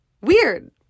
Weird